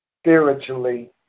spiritually